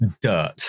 dirt